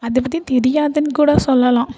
அதை பற்றி தெரியாதுன்னுகூட சொல்லலாம்